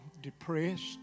depressed